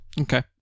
Okay